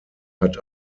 hat